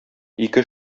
ике